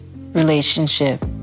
relationship